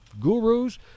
gurus